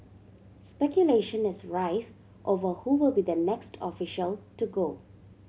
speculation is rife over who will be the next official to go